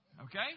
Okay